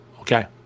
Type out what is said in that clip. Okay